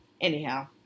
Anyhow